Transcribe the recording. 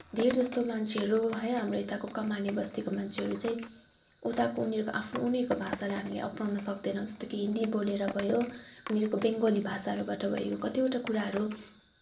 धेरजस्तो मान्छेहरू है हाम्रो यताको कमाने बस्तीको मान्छेहरू चाहिँ उताको उनीहरूको आफ्नो उनीहरूको भाषालाई हामीले अपनाउन सक्दैनौँ जस्तो कि हिन्दी बोलेर भयो उनीहरूको बङ्गला भषाहरूबाट भयो कतिवटा कुराहरू